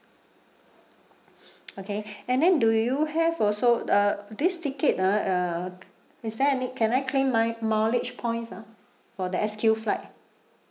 okay and then do you have also uh this ticket ah uh is there any can I claim my mileage points ah for the S_Q flight